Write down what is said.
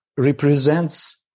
Represents